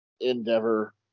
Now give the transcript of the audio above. Endeavor